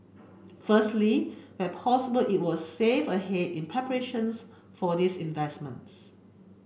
firstly where possible it will save ahead in preparations for these investments